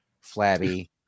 flabby